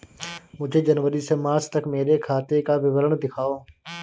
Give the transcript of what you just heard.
मुझे जनवरी से मार्च तक मेरे खाते का विवरण दिखाओ?